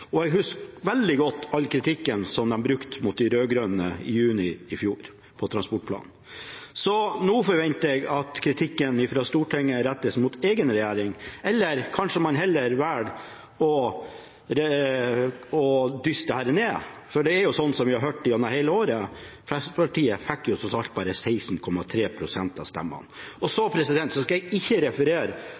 Jeg husker veldig godt all kritikken som de hadde mot de rød-grønnes transportplan i juni i fjor. Så nå forventer jeg at kritikken fra Stortinget rettes mot egen regjering, eller kanskje man heller velger å dysse dette ned, for det er jo slik som vi har hørt gjennom hele året: Fremskrittspartiet fikk jo tross alt bare 16,3 pst. av stemmene. Så skal jeg ikke referere